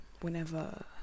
whenever